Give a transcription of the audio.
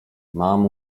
mam